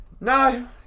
No